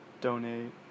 donate